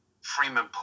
Freeman